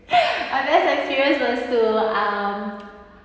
my best experience was to um